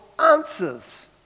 answers